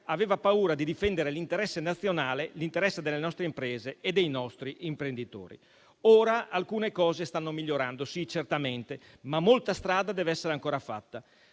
aveva paura di difendere l'interesse nazionale, delle nostre imprese e dei nostri imprenditori. Ora alcune cose stanno migliorando, certamente, ma molta strada deve essere ancora fatta.